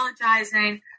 apologizing